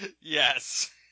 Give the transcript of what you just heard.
Yes